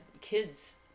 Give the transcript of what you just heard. kids